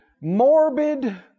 morbid